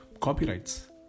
copyrights